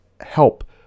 help